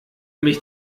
mich